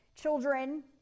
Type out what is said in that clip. children